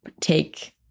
take